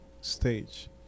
stage